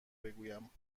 بگویم